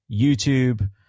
YouTube